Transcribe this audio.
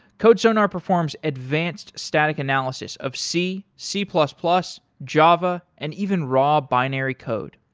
codesonar performs advanced static analysis of c, c plus plus, java, and even raw binary code.